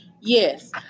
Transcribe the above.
Yes